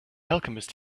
alchemist